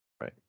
Right